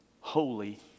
holy